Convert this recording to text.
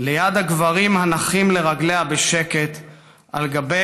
ליד הגברים הנחים לרגליה בשקט / על גבי